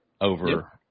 over